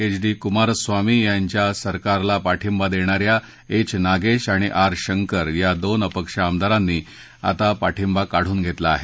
H D Kumaraswamy यांच्या सरकारला पाठिंबा देणा या एच नागेश आणि आर शंकर या दोन अपक्ष आमदारांनी आता पाठिंबा काढून घेतला आहे